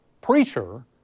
preacher